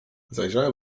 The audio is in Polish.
zajrzałem